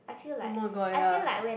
oh-my-god ya